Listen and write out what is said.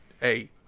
hey